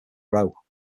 row